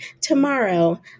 tomorrow